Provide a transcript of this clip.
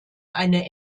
eine